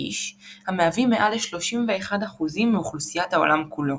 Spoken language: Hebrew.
איש – המהווים מעל ל-31% מאוכלוסיית העולם כולו.